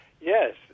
yes